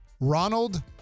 Ronald